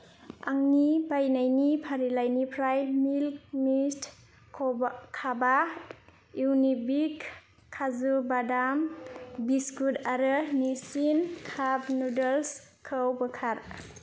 आंनि बायनायनि फारिलाइनिफ्राय मिल्क मिस्ट खाबा इउनिबिक खाजु बादाम बिस्कुट आरो निस्सिन काप नुदोल्सखौ बोखार